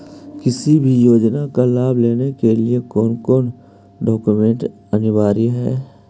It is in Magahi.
किसी भी योजना का लाभ लेने के लिए कोन कोन डॉक्यूमेंट अनिवार्य है?